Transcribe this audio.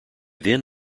then